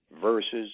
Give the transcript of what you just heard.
versus